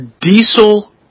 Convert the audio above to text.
diesel